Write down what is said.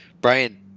Brian